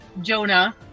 Jonah